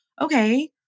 okay